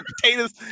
potatoes